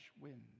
wind